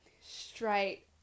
Straight